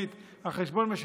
על חשבון החברה החילונית,